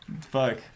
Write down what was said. Fuck